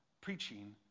preaching